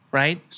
right